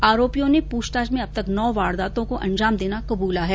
आरोपियों ने प्रछताछ में अब तक नौ वारदातों को अंजाम देना कब्रला हैं